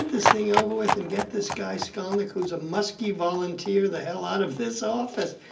this thing over with and get this guy skolnik who's a muskie volunteer the hell out of this office.